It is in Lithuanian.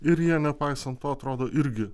ir jie nepaisant to atrodo irgi